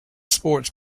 sports